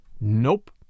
Nope